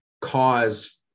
cause